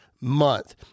month